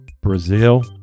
Brazil